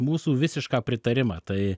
mūsų visišką pritarimą tai